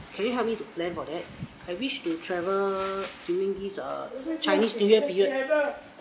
can you help me to plan for that I wish to travel during this err chinese new year period